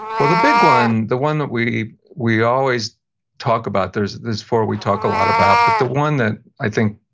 well, the big one, the one that we we always talk about, there's there's four we talk a lot about, but the one that, i think,